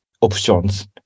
options